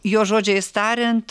jo žodžiais tariant